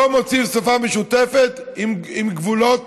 שלא מוצאים שפה משותפת עם גבולות